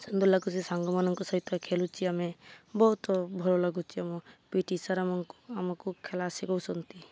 ସୁନ୍ଦର ଲାଗୁଛି ସାଙ୍ଗମାନଙ୍କ ସହିତ ଖେଳୁଛି ଆମେ ବହୁତ ଭଲ ଲାଗୁଛି ଆମ ପି ଟି ସାର୍ ଆମକୁ ଆମକୁ ଖେଳ ଶିଖାଉଛନ୍ତି